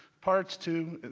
parts too,